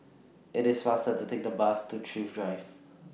IT IS faster to Take The Bus to Thrift Drive